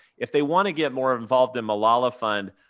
if they want to get more involved in malala fund,